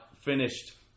finished